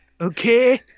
Okay